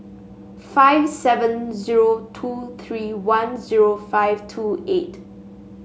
five seven zero two three one zero five two eight